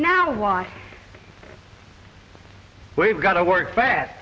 now why we've got to work fast